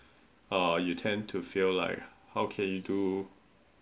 uh you tend to feel like how can you do